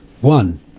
One